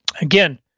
Again